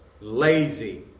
Lazy